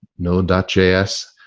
node ah js,